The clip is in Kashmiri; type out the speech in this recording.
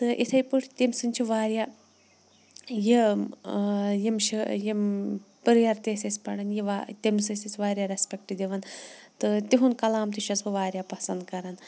تہٕ اِتھَے پٲٹھۍ تٔمۍ سٕنٛدۍ چھِ واریاہ یہِ یِم شٲ یِم پرٛیر تہِ أسۍ ٲسۍ پَران یہِ وا تٔمِس ٲسۍ أسۍ واریاہ رٮ۪سپٮ۪کٹ دِوان تہٕ تِہُنٛد کلام تہِ چھَس بہٕ واریاہ پَسنٛد کَران